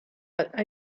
but